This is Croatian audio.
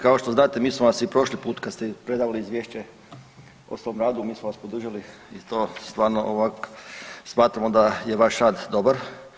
Kao što znate mi smo vas i prošli put kad ste predali izvješća o svom radu mi smo vas podržali i to stvarno ovako smatramo da je vaš rad dobar.